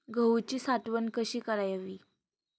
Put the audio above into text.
गहूची साठवण कशी करावी?